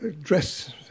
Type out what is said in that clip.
dress